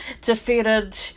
defeated